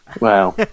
Wow